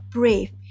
brave